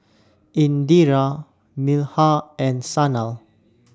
Indira Milkha and Sanal